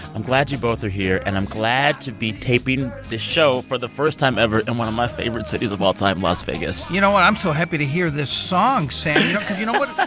i'm glad you both are here. and i'm glad to be taping the show for the first time ever in one of my favorite cities of all time, las vegas you know what? i'm so happy to hear this song, sam, because you know what?